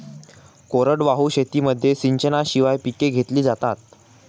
कोरडवाहू शेतीमध्ये सिंचनाशिवाय पिके घेतली जातात